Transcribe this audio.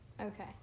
Okay